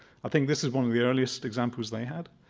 i think this is one of the earliest examples they had.